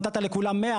נתת לכולם 100,